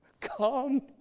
come